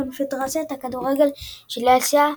קונפדרציית הכדורגל של אסיה,